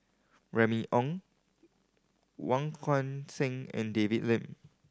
Remy Ong Wong Kan Seng and David Lim